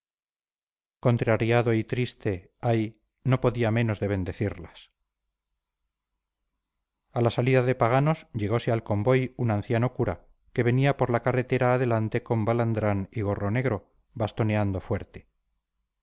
contrariado y triste ay no podía menos de bendecirlas a la salida de paganos llegose al convoy un anciano cura que venía por la carretera adelante con balandrán y gorro negro bastoneando fuerte